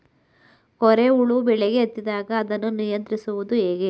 ಕೋರೆ ಹುಳು ಬೆಳೆಗೆ ಹತ್ತಿದಾಗ ಅದನ್ನು ನಿಯಂತ್ರಿಸುವುದು ಹೇಗೆ?